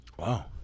Wow